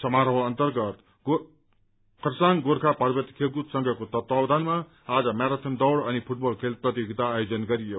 समारोह अन्तर्गत खरसाङ गोर्खा पार्वतीय खेलकूद संघको तत्वावधानमा आज म्याराथन दौड़ अनि फूटबल खेल प्रतियोगिता आयोजन गरियो